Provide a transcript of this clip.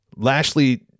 Lashley